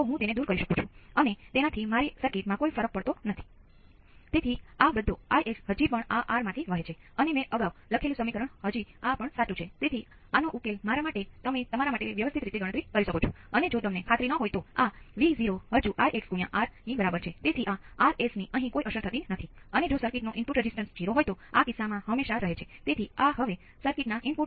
હું આને આંકડાકીય ઉદાહરણ તરીકે બતાવી રહ્યો છું પરંતુ જો તમે 0 ના Vc નું ઘાતાંકીય t ભાંગ્યા ની પદાવલિના સામાન્ય સ્વરૂપનો ઉપયોગ કરો તો પ્રારંભિક ઢાળ 0 નું Vc ભાંગ્યા છે